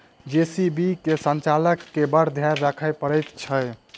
JCB के संचालक के बड़ धैर्य राखय पड़ैत छै